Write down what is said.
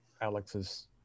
Alex's